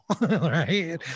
right